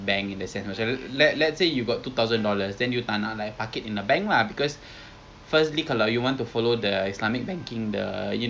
ya lah wasted kalau dia orang tak invest in bonds then kita dah boleh letak duit kat dalam seh if this can be our like primary savings account you know took up the money inside here